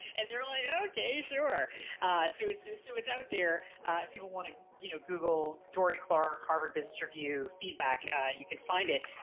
and they're like okay, sure. so it's so so it's out there if you but want to go you know google dorie clark harvard business review feedback you can find it,